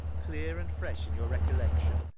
clear and fresh in your recollection.